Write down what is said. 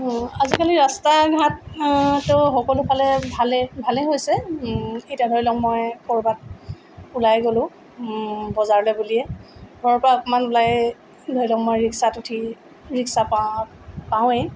আজিকালি ৰাস্তা ঘাট ত' সকলোফালে ভালেই ভালেই হৈছে এতিয়া ধৰি লওক মই ক'ৰবাত ওলাই গ'লো বজাৰলৈ বুলিয়ে ঘৰৰ পৰা অকণমান ওলাই ধৰি লওক মই ৰিক্সাত উঠি ৰিক্সা পা পাওঁৱে